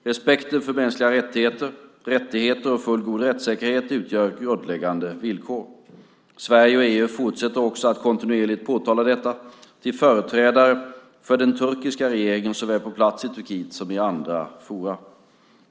Respekten för mänskliga rättigheter, minoritetsrättigheter och fullgod rättssäkerhet utgör grundläggande villkor. Sverige och EU fortsätter också att kontinuerligt påtala detta för företrädare för den turkiska regeringen såväl på plats i Turkiet som i andra forum.